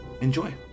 enjoy